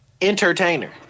entertainer